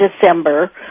December